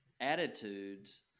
attitudes